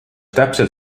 täpselt